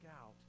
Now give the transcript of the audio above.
out